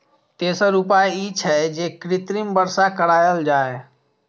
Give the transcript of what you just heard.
तेसर उपाय ई छै, जे कृत्रिम वर्षा कराएल जाए